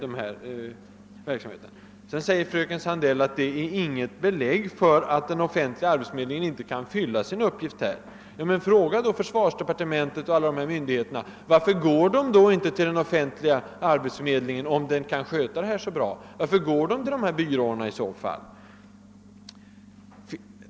Fröken Sandell säger att det inte finns något belägg för att inte den offentliga arbetsförmedlingen kan fylla sin uppgift. Men fråga då försvarsdepartementet och andra myndigheter, varför de inte går till den offentliga arbetsförmedlingen, om den nu kan sköta denna verksamhet så bra. Varför går de i stället till enskilda byråer?